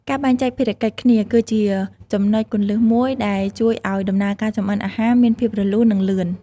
ការបែងចែកភារកិច្ចគ្នាធ្វើគឺជាចំណុចគន្លឹះមួយដែលជួយឱ្យដំណើរការចម្អិនអាហារមានភាពរលូន និងលឿន ។